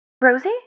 Rosie